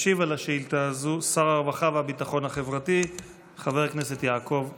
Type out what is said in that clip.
ישיב על השאילתה הזו שר הרווחה והביטחון החברתי חבר הכנסת יעקב מרגי.